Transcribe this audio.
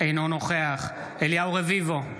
אינו נוכח אליהו רביבו,